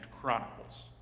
Chronicles